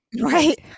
Right